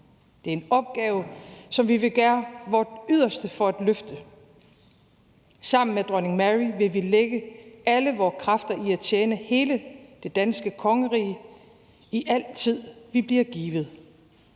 Det er en opgave, som Vi vil gøre Vort yderste for at løfte. Sammen med Dronning Mary vil Vi lægge alle Vore kræfter i at tjene hele det danske kongerige i den tid, Vi bliver givet.